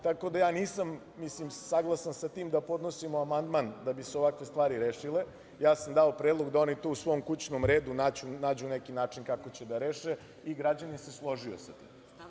Tako da ja nisam saglasan sa tim da podnosim amandman da bi se ovakve stvari rešile, ja sam dao predlog da oni tu u svom kućnom redu nađu neki način kako će da reše i građanin se složio sa tim.